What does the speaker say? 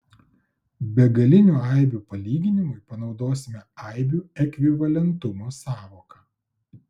begalinių aibių palyginimui panaudosime aibių ekvivalentumo sąvoką